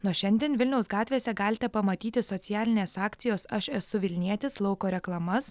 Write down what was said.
nuo šiandien vilniaus gatvėse galite pamatyti socialinės akcijos aš esu vilnietis lauko reklamas